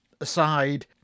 aside